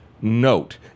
note